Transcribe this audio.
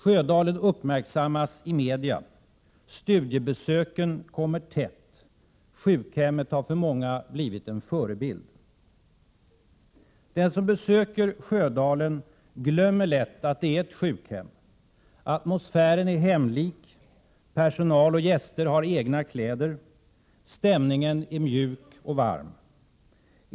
Sjödalen uppmärksammas i media. Studiebesöken kommer tätt. Sjukhemmet har för många blivit en förebild. Den som besöker Sjödalen glömmer lätt att det är ett sjukhem. Atmosfären är hemlik. Personal och gäster har egna kläder. Stämningen är mjuk och varm.